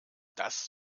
das